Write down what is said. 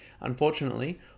Unfortunately